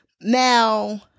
now